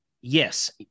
Yes